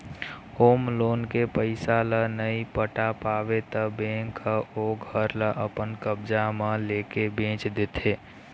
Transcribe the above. home loan के पइसा ल नइ पटा पाबे त बेंक ह ओ घर ल अपन कब्जा म लेके बेंच देथे